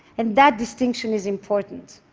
and that distinction is important.